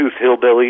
hillbilly